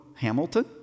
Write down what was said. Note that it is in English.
Hamilton